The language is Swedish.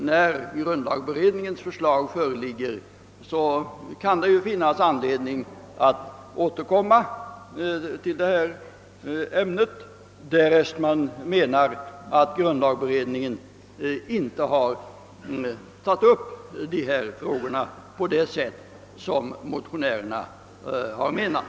När grundlagberedningens förslag föreligger kan det finnas anledning att komma tillbaka till ämnet, därest man menar att grundlagberedningen inte tagit upp frågorna på det sätt som motionärerna skulle ha önskat.